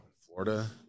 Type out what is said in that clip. Florida